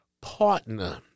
partner